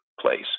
place